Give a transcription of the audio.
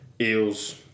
Eels